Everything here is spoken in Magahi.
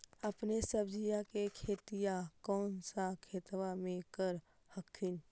अपने सब्जिया के खेतिया कौन सा खेतबा मे कर हखिन?